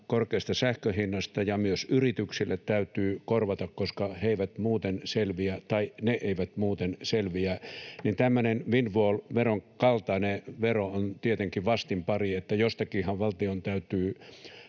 korkeista sähkön hinnoista, ja myös yrityksille täytyy korvata, koska he eivät muuten selviä tai ne eivät muuten selviä. Tämmöinen windfall-veron kaltainen vero on tietenkin vastinpari, sillä jostakinhan valtion täytyy